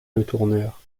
letourneur